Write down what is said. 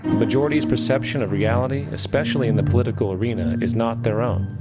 majorities perception of reality, especially in the political arena is not their own.